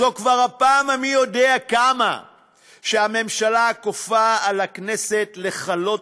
זו כבר הפעם המי-יודע-כמה שהממשלה כופה על הכנסת לכלות